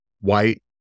white